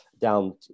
down